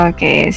Okay